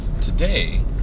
today